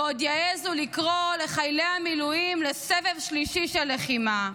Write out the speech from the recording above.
ועוד יעזו לקרוא לחיילי המילואים לסבב שלישי של לחימה,